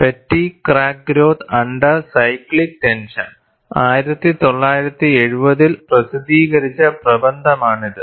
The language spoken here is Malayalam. fatigue crack growth under cyclic tension 1970 ൽ പ്രസിദ്ധീകരിച്ച പ്രബന്ധമാണിത്